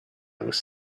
was